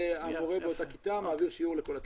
המורה באותה כיתה מעביר שיעור לכל התלמידים.